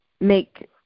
make